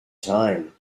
time